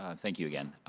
um thank you again.